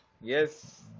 Yes